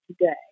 today